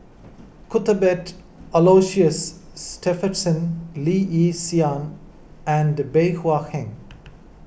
Cuthbert Aloysius Shepherdson Lee Yi Shyan and Bey Hua Heng